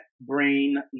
brain